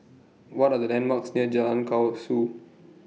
What Are The landmarks near Jalan Kasau